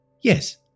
Yes